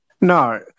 No